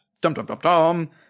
dum-dum-dum-dum